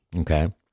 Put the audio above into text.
Okay